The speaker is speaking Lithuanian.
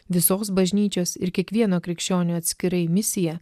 visos bažnyčios ir kiekvieno krikščionio atskirai misija